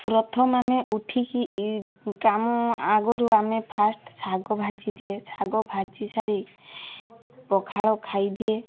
ପ୍ରଥମେ ଆମେ ଉଠିକି କାମ ଆଗରୁ ଆମେ ଫାଷ୍ଟ ଶାଗ ଭାଜି ଦିଏ ଶାଗ ଭାଜି ସାରି ପଖାଳ ଖାଇ ଦିଏ